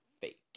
fake